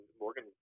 Morgan